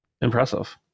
Impressive